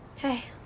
hey.